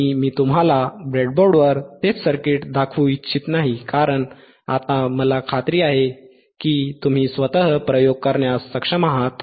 आणि मी तुम्हाला ब्रेडबोर्डवर तेच सर्किट दाखवू इच्छित नाही कारण आता मला खात्री आहे की तुम्ही स्वतः प्रयोग करण्यास सक्षम आहात